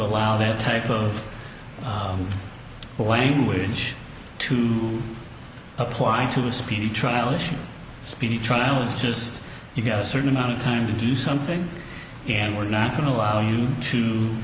allow that type of language to apply to speedy trial issue a speedy trial is just you get a certain amount of time to do something and we're not going to allow you to